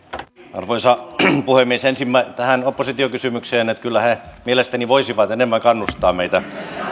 arvoisa puhemies ensin tähän oppositiokysymykseen kyllä he mielestäni voisivat enemmän kannustaa meitä